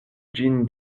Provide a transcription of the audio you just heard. ĝin